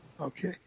Okay